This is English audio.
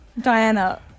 Diana